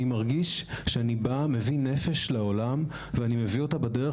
אני מרגיש שאני מביא נפש לעולם ואני מביא אותה בדרך